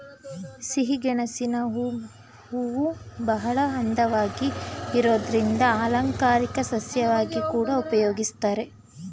ಸಿಹಿಗೆಣಸಿನ ಹೂವುಬಹಳ ಅಂದವಾಗಿ ಇರೋದ್ರಿಂದ ಅಲಂಕಾರಿಕ ಸಸ್ಯವಾಗಿ ಕೂಡಾ ಉಪಯೋಗಿಸ್ತಾರೆ